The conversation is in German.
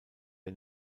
der